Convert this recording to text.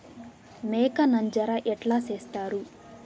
మేక నంజర ఎట్లా సేస్తారు?